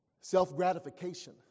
self-gratification